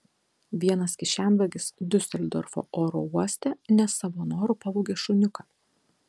vienas kišenvagis diuseldorfo oro uoste ne savo noru pavogė šuniuką